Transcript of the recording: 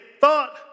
thought